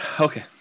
okay